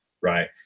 Right